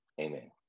Amen